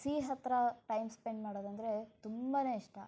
C ಹತ್ತಿರ time spend ಮಾಡೋದಂದರೆ ತುಂಬ ಇಷ್ಟ